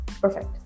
perfect